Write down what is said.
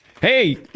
Hey